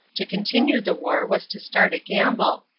to continue the war was to start a gamble.